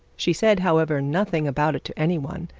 she said, however, nothing about it to any one,